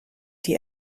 die